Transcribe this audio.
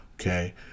Okay